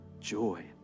joy